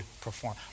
perform